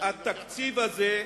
התקציב הזה,